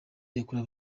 yakorewe